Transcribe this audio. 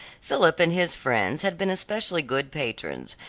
philip and his friends had been especially good patrons,